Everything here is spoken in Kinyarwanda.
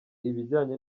ibijyanye